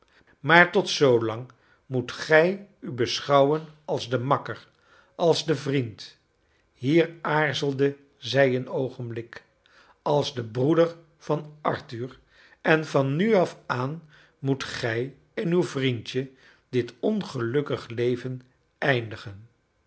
maar tot zoolang moet gij u beschouwen als de makker als de vriend hier aarzelde zij een oogenblik als de broeder van arthur en van nu af aan moet gij en uw vriendje dit ongelukkig leven eindigen